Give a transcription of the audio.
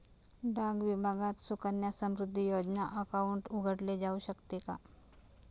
डाक विभागात सुकन्या समृद्धी योजना अकाउंट उघडले जाऊ शकते का?